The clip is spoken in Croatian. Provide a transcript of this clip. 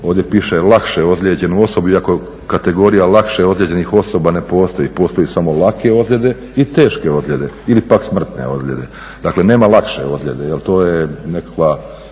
ovdje piše lakše ozlijeđenu osobu, iako kategorija lakše ozlijeđenih osoba ne postoji. Postoji samo lake ozljede i teške ozljede ili pak smrtne ozljede. Dakle nema lakše ozljede, to je neki